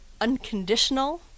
unconditional